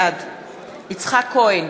בעד יצחק כהן,